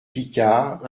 picard